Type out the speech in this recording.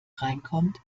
reinkommt